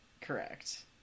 Correct